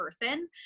person